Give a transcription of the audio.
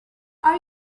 are